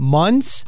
months